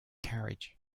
carriage